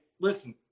listen